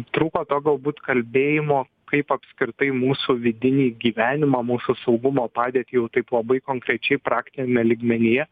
trūko to galbūt kalbėjimo kaip apskritai mūsų vidinį gyvenimą mūsų saugumo padėtį jau taip labai konkrečiai praktiniame lygmenyje